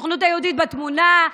הסוכנות היהודית בתמונה.